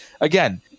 again